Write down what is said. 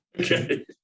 okay